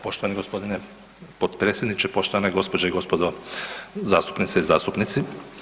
Poštovani g. potpredsjedniče, poštovane gđe. i gospodo zastupnice i zastupnici.